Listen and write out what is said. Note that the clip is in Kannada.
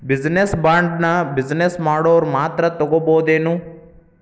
ಬಿಜಿನೆಸ್ ಬಾಂಡ್ನ ಬಿಜಿನೆಸ್ ಮಾಡೊವ್ರ ಮಾತ್ರಾ ತಗೊಬೊದೇನು?